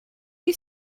you